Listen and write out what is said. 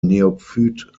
neophyt